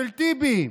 של טיבי,